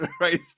right